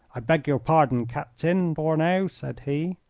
i beg your pardon, captain fourneau, said he.